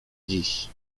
dziś